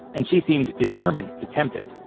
and she seemed determined to tempt it.